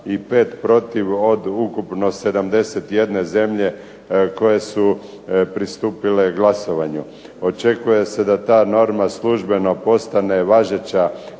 i 5 protiv od ukupno 71 zemlje koje su pristupile glasovanju. Očekuje se da ta norma službeno postane važeća